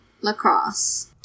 lacrosse